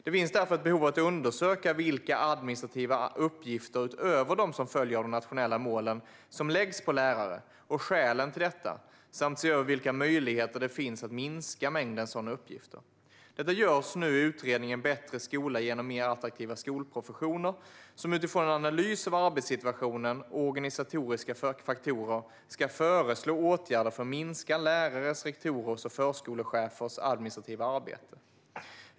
Det finns därför ett behov av att undersöka vilka administrativa uppgifter utöver de som följer av de nationella målen som läggs på lärare och skälen till detta samt se över vilka möjligheter det finns att minska mängden sådana uppgifter. Detta görs nu i utredningen Bättre skola genom mer attraktiva skolprofessioner som utifrån en analys av arbetssituationen och organisatoriska faktorer ska föreslå åtgärder för att minska lärares, rektorers och förskolechefers administrativa arbete.